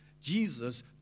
Jesus